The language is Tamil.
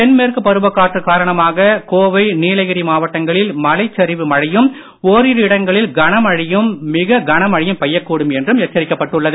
தென்மேற்கு பருவகாற்று காரணமாக கோவை நீலகிரி மாவட்டங்களில் மலைச்சரிவு மழையும் ஓரிரு இடங்களில் கனமழையும் மிக கனமழையும் பெய்யக்கூடும் என்றும் எச்சரிக்கப்பட்டுள்ளது